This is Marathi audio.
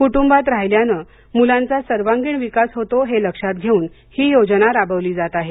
कुटुंबात राहिल्यानं मुलांचा सर्वांगीण विकास होतो हे लक्षात घेऊन ही योजना राबवली जात आहे